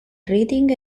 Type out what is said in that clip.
reading